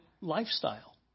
lifestyle